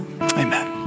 Amen